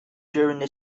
during